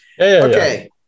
okay